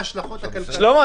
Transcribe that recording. שלמה,